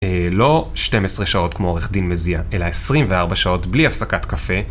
לא 12 שעות כמו עורך דין מזיע, אלא 24 שעות בלי הפסקת קפה.